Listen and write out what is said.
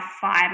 five